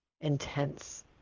intense